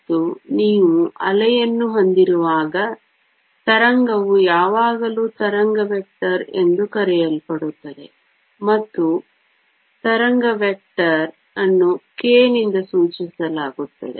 ಮತ್ತು ನೀವು ಅಲೆಯನ್ನು ಹೊಂದಿರುವಾಗ ತರಂಗವು ಯಾವಾಗಲೂ ತರಂಗ ವೆಕ್ಟರ್ ಎಂದು ಕರೆಯಲ್ಪಡುತ್ತದೆ ಮತ್ತು ತರಂಗ ವೆಕ್ಟರ್ ಅನ್ನು k ನಿಂದ ಸೂಚಿಸಲಾಗುತ್ತದೆ